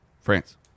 France